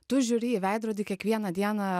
tu žiūri į veidrodį kiekvieną dieną